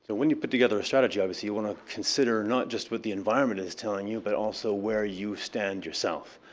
but when you put together a strategy, obviously, you want to consider not just with the environment is telling you but also where you stand yourself.